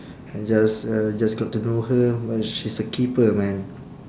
I just uh just got to know her but she's a keeper man